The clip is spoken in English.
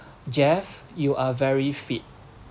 jeff you are very fit